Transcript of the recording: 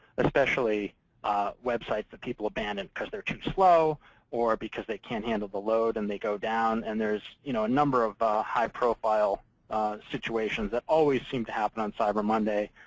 especially websites that people abandon because they're too slow or because they can't handle the load and they go down. and there's you know a number of high-profile situations that always seem to happen on cyber monday.